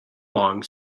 long